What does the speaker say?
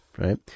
Right